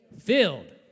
filled